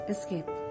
Escape